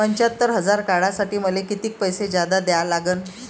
पंच्यात्तर हजार काढासाठी मले कितीक पैसे जादा द्या लागन?